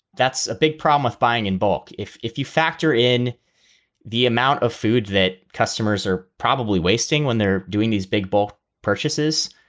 that's a big problem with buying in bulk. if if you factor in the amount of food that customers are probably wasting when they're doing these big bowl purchases,